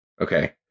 Okay